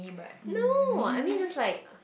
no I mean just like